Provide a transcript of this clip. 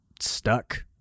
stuck